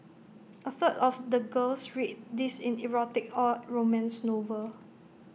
A third of the girls read these in erotic or romance novels